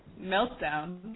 meltdown